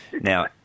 Now